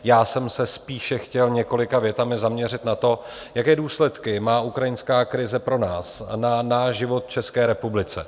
Já jsem se spíše chtěl několika větami zaměřit na to, jaké důsledky má ukrajinská krize pro nás, na náš život v České republice.